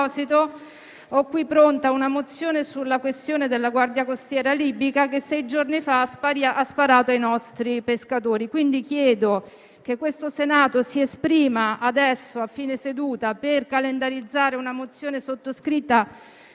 ho qui pronta una mozione sulla questione della Guardia costiera libica, che sei giorni fa ha sparato ai nostri pescatori. Chiedo quindi che il Senato si esprima adesso, a fine seduta, per calendarizzare una mozione, sottoscritta